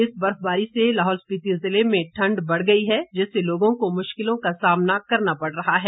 इस बर्फबारी से लाहौल स्पिति जिले में ठंड बढ़ गई है जिससे लोगों को मुश्किलों का सामना करना पड़ रहा है